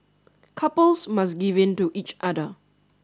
couples must give in to each other